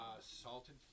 salted